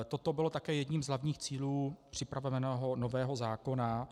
Toto bylo také jedním z hlavních cílů připraveného nového zákona.